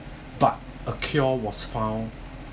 but a cure was found